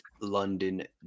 London